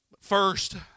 First